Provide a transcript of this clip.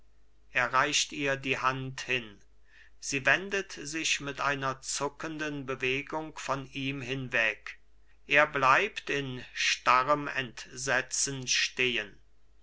er reicht ihr die hand hin sie wendet sich mit einer zuckenden bewegung von ihm hinweg er bleibt in starrem entsetzen stehen